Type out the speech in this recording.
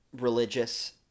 religious